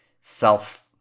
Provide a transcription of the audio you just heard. self